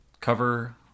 cover